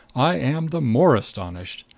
i am the more astonished.